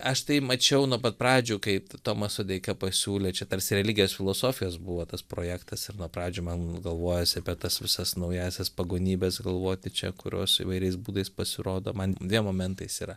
aš tai mačiau nuo pat pradžių kaip tomas sodeika pasiūlė čia tarsi religijos filosofijos buvo tas projektas ir nuo pradžių man galvojosi apie tas visas naująsias pagonybes galvoti čia kurios įvairiais būdais pasirodo man momentais yra